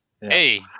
Hey